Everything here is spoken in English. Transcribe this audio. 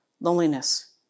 Loneliness